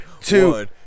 two